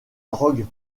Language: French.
drogue